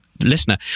listener